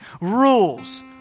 rules